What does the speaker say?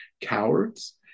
cowards